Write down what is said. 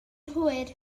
hwyr